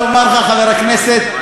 חבר הכנסת,